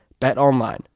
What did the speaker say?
BetOnline